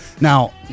Now